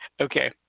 okay